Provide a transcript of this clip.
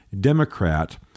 Democrat—